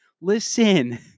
Listen